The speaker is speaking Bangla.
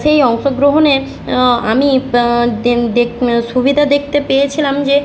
সেই অংশগ্রহণে আমি দে দে সুবিধা দেখতে পেয়েছিলাম যে